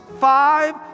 five